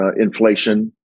inflation